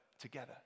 together